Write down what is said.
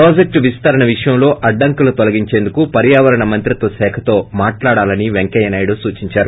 project విస్తరణ విషయంలో అడ్డంకుల్పి తొలగించేందుకు పర్వావరణ మంత్రిత్వ శాఖతో మాట్లాడాలని పెంకయ్యనాయుడు సూచించారు